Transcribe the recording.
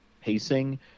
pacing